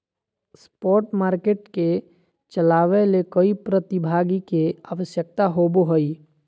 spot market के चलावय ले कई प्रतिभागी के आवश्यकता होबो हइ